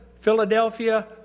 Philadelphia